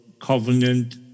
covenant